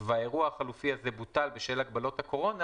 והאירוע החלופי הזה בוטל בשל הגבלות הקורונה.